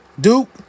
Duke